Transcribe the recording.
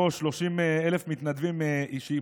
הלשכה התפרקה.